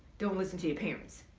don't listen to your parents.